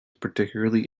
particularly